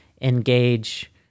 engage